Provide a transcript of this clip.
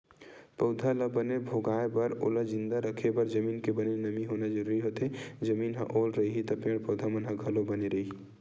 पउधा ल बने भोगाय बर ओला जिंदा रखे बर जमीन के बने नमी होना जरुरी होथे, जमीन ह ओल रइही त पेड़ पौधा मन ह घलो बने रइही